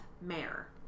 mayor